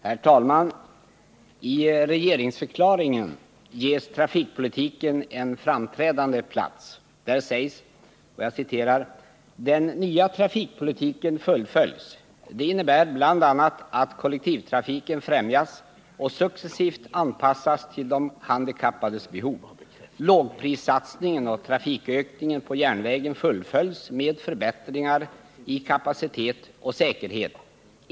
Herr talman! I regeringsförklaringen ges trafikpolitiken en framträdande plats. Där sägs: ”Den nya trafikpolitiken fullföljs. Det innebär bl.a. att kollektivtrafiken främjas och successivt anpassas till de handikappades behov. Lågprissatsningen och trafikökningen på järnvägen fullföljs med förbättringar i kapacitet och säkerhet.